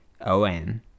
O-N